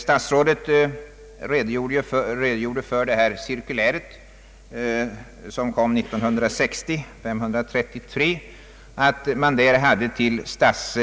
Statsrådet redogjorde för det cirkulär som sändes ut till de statliga myndigheterna år 1960,